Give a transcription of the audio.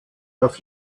auf